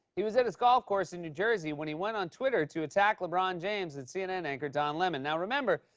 he was at his golf course in new jersey when he went on twitter to attack lebron james and cnn anchor don lemon. now remember,